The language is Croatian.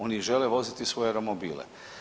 Oni žele voziti svoje romobile.